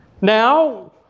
Now